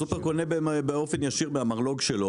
הסופר קונה באופן ישיר מהמרלו"ג שלו.